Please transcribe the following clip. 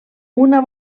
una